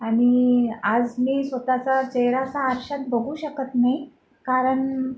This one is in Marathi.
आणि आज मी स्वतःचा चेहरा असा आरशात बघू शकत नाही कारण